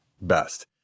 best